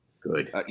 Good